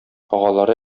агалары